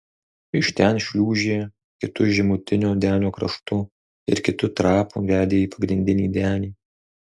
iš ten šliūžė kitu žemutinio denio kraštu ir kitu trapu vedė į pagrindinį denį